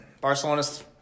Barcelona's